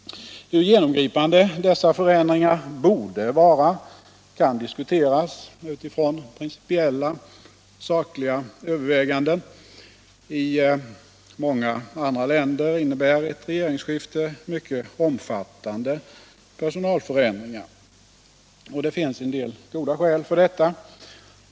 Hur genomgripande dessa förändringar borde vara kan diskuteras utifrån principiella och sakliga överväganden. I många andra länder innebär ett regeringsskifte mycket omfattande personalförändringar. Det finns en del goda skäl för detta.